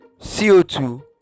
co2